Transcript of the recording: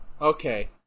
Okay